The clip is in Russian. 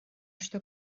что